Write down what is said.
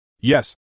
Yes